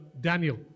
Daniel